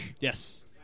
Yes